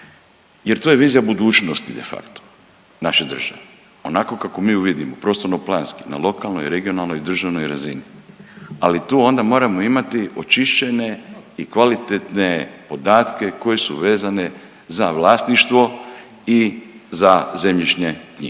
jer to je vizija budućnosti de facto naše države, onako kako mi ju vidimo prostorno planski na lokalnoj i regionalnoj i državnoj razini, ali tu onda moramo imati očišćene i kvalitetne podatke koje su vezane za vlasništvo i za zemljišne knjige.